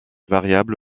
variable